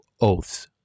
oaths